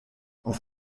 auf